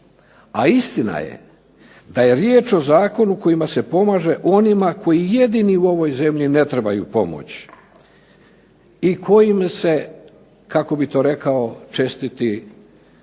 a istina je da je riječ o zakonu kojim se pomaže onima koji jedini u ovoj zemlji ne trebaju pomoć i kojim se, kako bi to rekao, čestiti